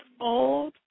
old